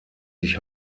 sich